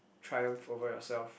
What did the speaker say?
triumph over yourself